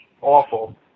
awful